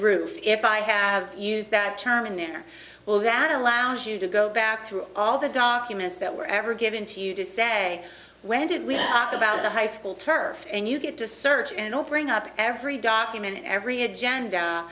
roof if i have used that term in there well that allows you to go back through all the documents that were ever given to you to say when did we know about the high school turf and you get to search and opening up every document every agenda